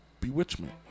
bewitchment